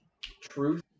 Truth